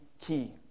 key